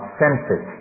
senses